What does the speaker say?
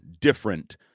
different